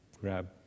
grab